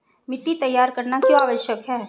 मिट्टी तैयार करना क्यों आवश्यक है?